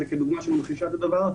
זאת דוגמה שממחישה את הדבר.